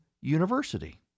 University